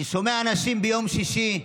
אני שומע אנשים ביום שישי,